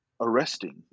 arresting